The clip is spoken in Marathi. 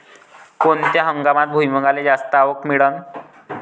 कोनत्या हंगामात भुईमुंगाले जास्त आवक मिळन?